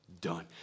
done